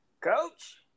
Coach